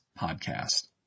podcast